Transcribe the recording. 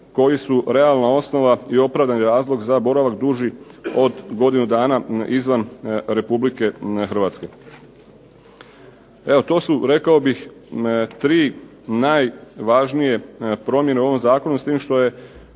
koji su realna osnova i opravdani razlog za boravak duži od godinu dana izvan RH. Evo, to su rekao bih 3 najvažnije promjene u ovom zakonu, s tim što je